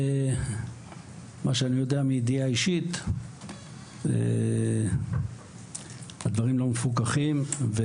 מידיעה אישית, הדברים לא מפוקחים.